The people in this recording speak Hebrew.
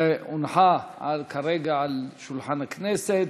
הונחה כרגע על שולחן הכנסת.